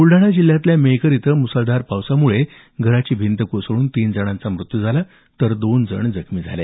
बुलडाणा जिल्ह्यातल्या मेहकर इथं मुसळधार पावसामुळे भिंत कोसळून तीन जणांचा मृत्यू झाला तर दोन जण जखमी झाले